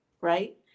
right